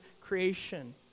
creation